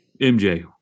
MJ